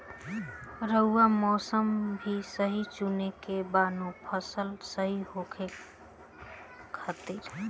रऊआ मौसम भी सही चुने के बा नु फसल सही होखे खातिर